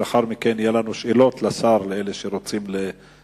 לאחר מכן יהיו לנו שאלות לשר, לאלו שרוצים להירשם.